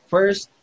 First